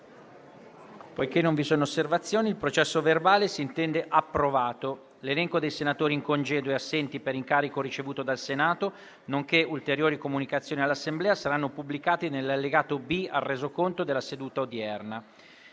apre una nuova finestra"). L'elenco dei senatori in congedo e assenti per incarico ricevuto dal Senato, nonché ulteriori comunicazioni all'Assemblea saranno pubblicati nell'allegato B al Resoconto della seduta odierna.